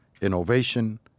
innovation